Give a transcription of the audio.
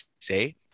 say